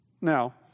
Now